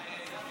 ההצעה